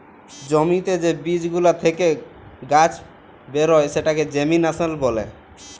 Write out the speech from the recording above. জ্যমিতে যে বীজ গুলা থেক্যে গাছ বেরয় সেটাকে জেমিনাসল ব্যলে